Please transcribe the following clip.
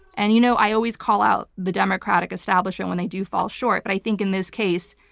and you know i always call out the democratic establishment when they do fall short, but i think in this case,